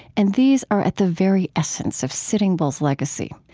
and these are at the very essence of sitting bull's legacy.